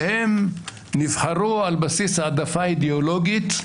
שהם נבחרו על בסיס העדפה אידיאולוגית ברורה,